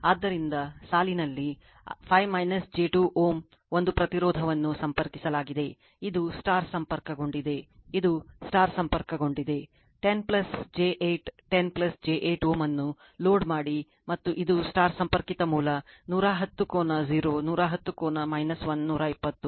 ಆದ್ದರಿಂದ ಸಾಲಿನಲ್ಲಿ 5 j 2 Ω ಒಂದು ಪ್ರತಿರೋಧವನ್ನು ಸಂಪರ್ಕಿಸಲಾಗಿದೆ ಇದು ಸಂಪರ್ಕಗೊಂಡಿದೆ ಇದು ಸಂಪರ್ಕಗೊಂಡಿದೆ 10 j8 10 j 8 Ω ಅನ್ನು ಲೋಡ್ ಮಾಡಿ ಮತ್ತು ಇದು ಸಂಪರ್ಕಿತ ಮೂಲ 110 ಕೋನ 0 110 ಕೋನ 120 110 240